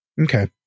Okay